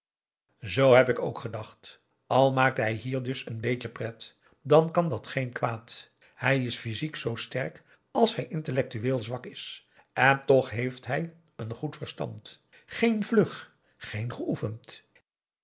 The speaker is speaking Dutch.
zoo heb ik ook gedacht al maakt hij hier dus een beetje pret dan kan dat geen kwaad hij is physiek zoo sterk als hij intellectueel zwak is en toch heeft hij een goed verstand geen vlug aum boe akar eel geen geoefend